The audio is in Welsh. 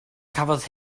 cafodd